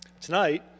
Tonight